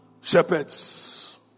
Shepherds